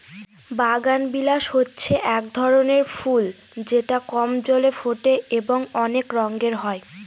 বাগানবিলাস হচ্ছে এক রকমের ফুল যেটা কম জলে ফোটে এবং অনেক রঙের হয়